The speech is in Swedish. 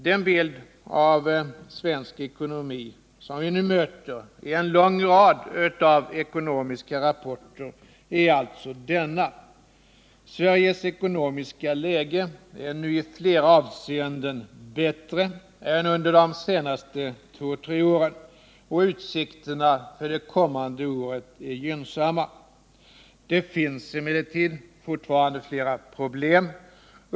Den bild av svensk ekonomi som vi nu möter i en lång rad av ekonomiska rapporter är alltså denna: Sveriges ekonomiska läge är nu i flera avseenden bättre än under de senaste två tre åren, och utsikterna för det kommande året är gynnsamma. Det finns emellertid fortfarande flera problem.